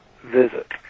visit